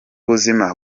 buzima